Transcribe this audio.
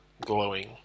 glowing